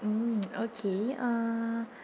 mm okay uh